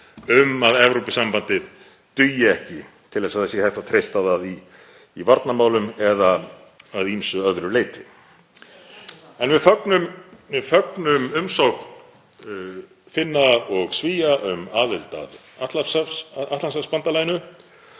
um að Evrópusambandið dugi ekki til þess að það sé hægt að treysta á það í varnarmálum eða að ýmsu öðru leyti. Við fögnum umsókn Finna og Svía um aðild að Atlantshafsbandalaginu